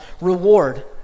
reward